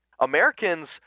Americans